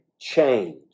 change